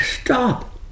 stop